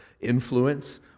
influence